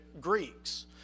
Greeks